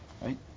Right